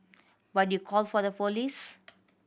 but you called for the police